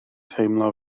teimlo